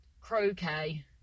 croquet